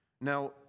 Now